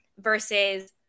versus